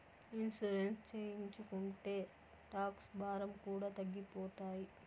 insurance చేయించుకుంటే tax భారం కూడా తగ్గిపోతాయి